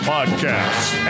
Podcasts